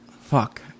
Fuck